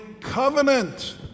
covenant